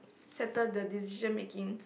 settle the decision making